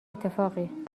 اتفاقی